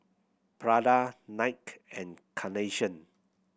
Prada Nike and Carnation